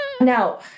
now